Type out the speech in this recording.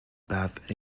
bath